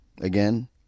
again